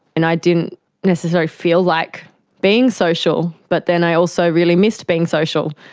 and i didn't necessarily feel like being social, but then i also really missed being social.